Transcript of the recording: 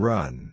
Run